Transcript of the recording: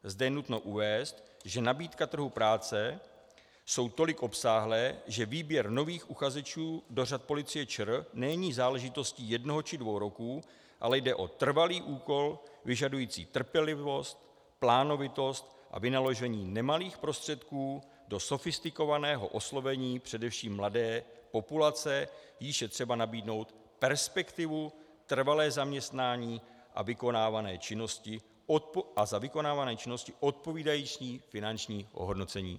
Zde je nutno uvést, že nabídka trhu práce jsou tolik obsáhlá, že výběr nových uchazečů do řad Policie ČR není záležitostí jednoho či dvou roků, ale jde o trvalý úkol vyžadující trpělivost, plánovitost a vynaložení nemalých prostředků do sofistikovaného oslovení především mladé populace, jíž je třeba nabídnout perspektivu, trvalé zaměstnání a za vykonávané činnosti odpovídající finanční ohodnocení.